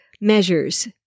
measures